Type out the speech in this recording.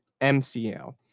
MCL